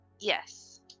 Yes